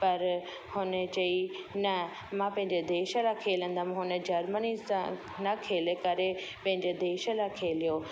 पर हुन चयई न मां पंहिंजे देश लाइ खेलंदुमि हुन जर्मनी सां न खेले करे पंहिंजे देश लाइ खेलियो